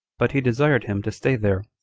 but he desired him to stay there,